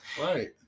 Right